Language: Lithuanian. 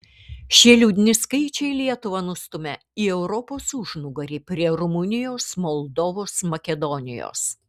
šie liūdni skaičiai lietuvą nustumia į europos užnugarį prie rumunijos moldovos makedonijos